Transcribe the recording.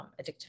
addictive